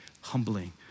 humbling